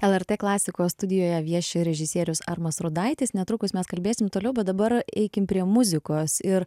lrt klasikos studijoje vieši režisierius armas rudaitis netrukus mes kalbėsim toliau bet dabar eikim prie muzikos ir